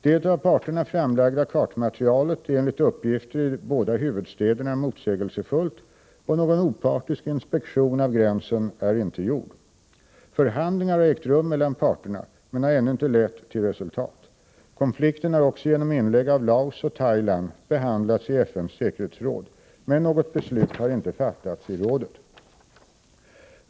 Det av parterna framlagda kartmaterialet är enligt uppgifter i båda huvudstäderna motsägelsefullt, och någon opartisk inspektion av gränsen är inte gjord. Förhandlingar har ägt rum mellan parterna men har ännu inte lett till resultat. Konflikten har också genom inlägg av Laos och Thailand behandlats i FN:s säkerhetsråd, men något beslut har inte fattats i rådet.